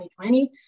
2020